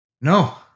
No